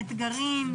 אתגרים,